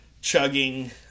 chugging